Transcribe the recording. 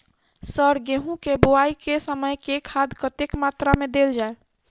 Sir गेंहूँ केँ बोवाई केँ समय केँ खाद कतेक मात्रा मे देल जाएँ?